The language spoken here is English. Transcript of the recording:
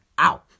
ow